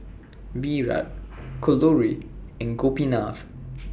Virat Kalluri and Gopinath